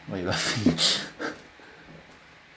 where you are